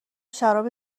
شراب